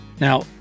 Now